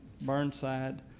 Burnside